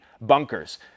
bunkers